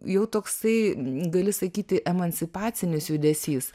jau toksai gali sakyti emancipacinis judesys